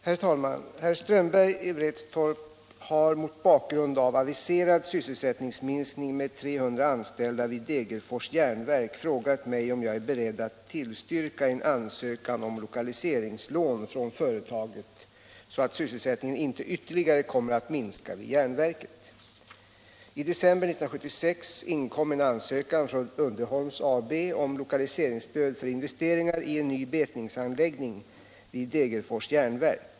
Herr talman! Herr Strömberg i Vretstorp har mot bakgrund av aviserad sysselsättningsminksning med 300 anställda vid Degerfors Järnverk frågat mig om jag är beredd att tillstyrka en ansökan om lokaliseringslån från företaget så att sysselsättningen inte ytterligare kommer att minska vid järnverket. I december 1976 inkom en ansökan från Uddeholms AB om lokaliseringsstöd för investeringar i en ny betningsanläggning vid Degerfors Järnverk.